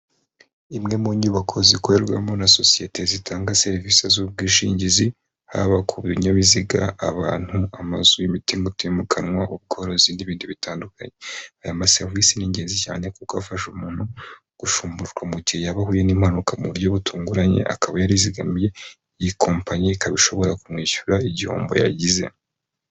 Imwe mu nyubako zikorerwamo na sosiyete zitanga serivisi z'ubwishingizi haba ku binyabiziga, abantu, amazu y'imitungo utimukanwa, ubworozi n'ibindi bitandukanye aya ma serivisi ni ingenzi cyane kuko afasha umuntu gushumbushwa mu gihe yaba ahuye n'impanuka mu buryo butunguranye akaba yarizigamiye iyi kompanyi ikaba ishobora kumwishyura igihombo yagize.